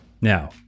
Now